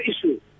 issue